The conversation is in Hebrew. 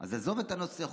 אז עזוב את הנושא.